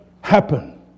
happen